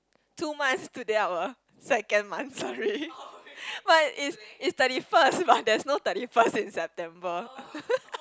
two months today our second monthsary but is is thirty first but there's no thirty first in September